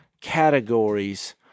categories